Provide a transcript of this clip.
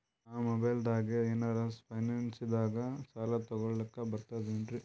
ನಾ ಮೊಬೈಲ್ದಾಗೆ ಏನರ ಫೈನಾನ್ಸದಾಗ ಸಾಲ ತೊಗೊಲಕ ಬರ್ತದೇನ್ರಿ?